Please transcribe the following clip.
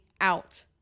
out